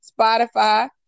Spotify